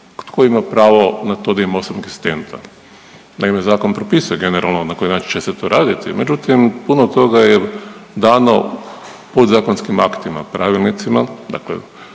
tko ima pravo na to da ima osobnog asistenta, naime zakon propisuje generalno na koji način će se to raditi, međutim puno toga je dano u podzakonskim aktima i pravilnicima, dakle